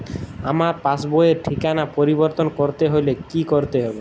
আমার পাসবই র ঠিকানা পরিবর্তন করতে হলে কী করতে হবে?